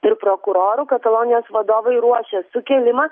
ir prokurorų katalonijos vadovai ruošė sukilimą